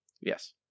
Yes